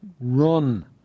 run